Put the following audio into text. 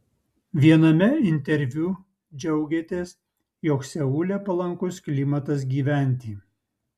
viename interviu džiaugėtės jog seule palankus klimatas gyventi